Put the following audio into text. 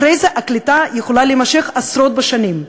אחרי זה הקליטה יכולה להימשך עשרות שנים.